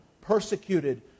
persecuted